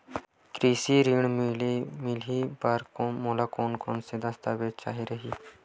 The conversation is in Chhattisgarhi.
कृषि ऋण मिलही बर मोला कोन कोन स दस्तावेज चाही रही?